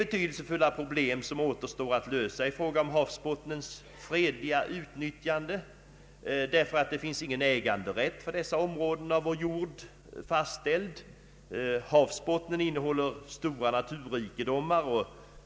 Betydelsefulla problem återstår dock att lösa i fråga om havsbottnens fredliga utnyttjande, eftersom ingen äganderätt till dessa områden av vår jord finns fastställd. Havsbottnen innehåller stora naturrikedomar.